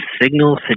signal